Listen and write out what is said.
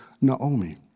Naomi